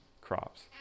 crops